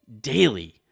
daily